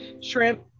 Shrimp